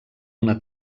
una